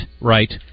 right